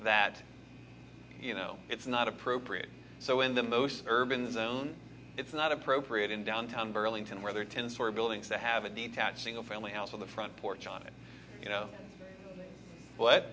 that you know it's not appropriate so in the most urban zone it's not appropriate in downtown burlington where they're ten story buildings that have a detached single family house with a front porch on it you know what